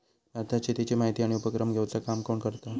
भारतात शेतीची माहिती आणि उपक्रम घेवचा काम कोण करता?